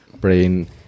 brain